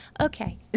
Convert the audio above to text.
Okay